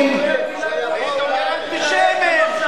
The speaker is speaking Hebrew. היית אומר: אנטישמים.